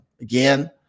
again